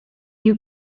you